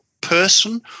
person